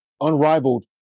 unrivaled